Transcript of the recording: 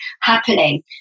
happening